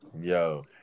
Yo